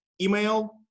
email